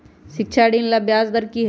शिक्षा ऋण ला ब्याज दर कि हई?